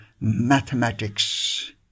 mathematics